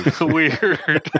Weird